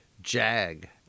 Jag